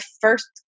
first